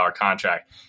contract